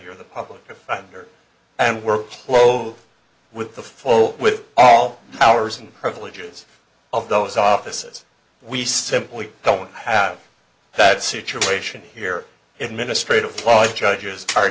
or the public defender and we're close with the flow with all hours and privileges of those offices we simply don't have that situation here in ministry to apply judges are